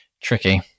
Tricky